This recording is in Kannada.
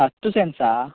ಹತ್ತು ಸೆಂಟ್ಸಾ